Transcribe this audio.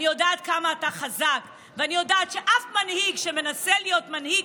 אני יודעת כמה אתה חזק ואני יודעת שאף מנהיג שמנסה להיות מנהיג